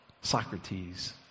Socrates